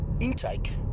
intake